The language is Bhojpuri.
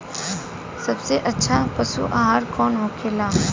सबसे अच्छा पशु आहार कौन होखेला?